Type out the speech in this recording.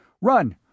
Run